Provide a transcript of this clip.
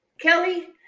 Kelly